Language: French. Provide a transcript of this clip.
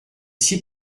six